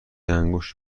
انگشت